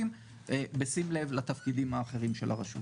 לעשות ביקורת על ההשקעות.